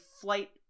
flight